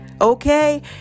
okay